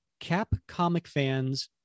capcomicfans